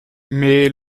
mais